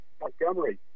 Montgomery